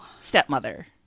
stepmother